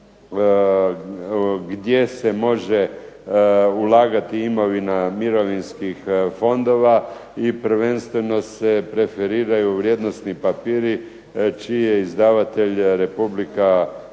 gdje se može ulagati imovina mirovinskih fondova i prvenstveno se preferiraju vrijednosni papiri čiji je izdavatelj Republika HRvatska